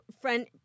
friend